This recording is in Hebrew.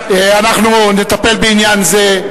אנחנו נטפל בעניין זה.